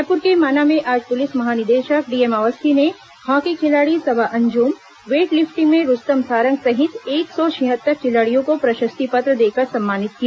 रायपुर के माना में आज पुलिस महानिदेशक डीएम अवस्थी ने हॉकी खिलाड़ी सबा अंजुम वेटलिप्टिंग में रुस्तम सारंग सहित एक सौ छिहत्तर खिलाड़ियों को प्रशस्ति पत्र देकर सम्मानित किया